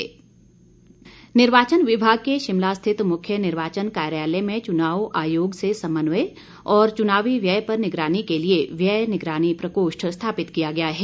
निगरानी प्रकोष्ठ निर्वाचन विभाग के शिमला रिथित मुख्य निर्वाचन कार्यालय में चुनाव आयोग से समन्वय और चुनावी व्यय पर निगरानी के लिए व्यय निगरानी प्रकोष्ठ स्थापित किया गया है